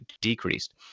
decreased